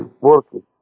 working